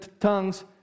tongues